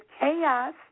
chaos